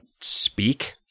speak